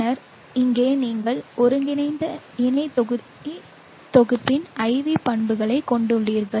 பின்னர் இங்கே நீங்கள் ஒருங்கிணைந்த இணை தொகுதி தொகுப்பின் IV பண்புகளைக் கொண்டுள்ளீர்கள்